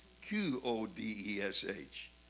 Q-O-D-E-S-H